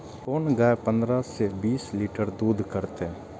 कोन गाय पंद्रह से बीस लीटर दूध करते?